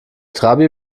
trabi